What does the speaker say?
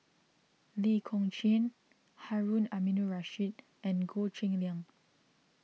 Lee Kong Chian Harun Aminurrashid and Goh Cheng Liang